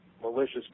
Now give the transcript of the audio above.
malicious